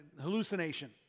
hallucination